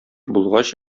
булгач